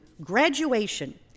graduation